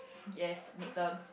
yes mid terms